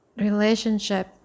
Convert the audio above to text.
Relationship